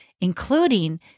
including